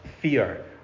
fear